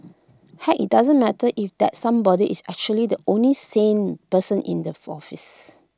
heck IT doesn't matter if that somebody is actually the only sane person in the office